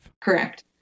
Correct